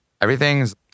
everything's